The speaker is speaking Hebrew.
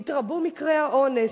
יתרבו מקרי האונס",